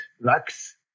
Lux